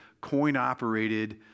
coin-operated